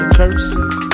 cursing